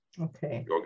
Okay